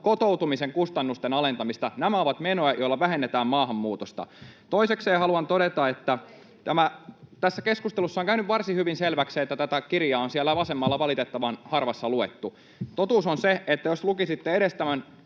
kotoutumisen kustannusten alentamista. Nämä ovat menoja, joita vähennetään maahanmuutosta. [Jenna Simula: Mistä keskusta leikkaisi?] Toisekseen haluan todeta, että tämä tässä keskustelussa on käynyt varsin hyvin selväksi, että tätä kirjaa on siellä vasemmalla valitettavan harvassa luettu. Totuus on se, että jos lukisitte edes tämän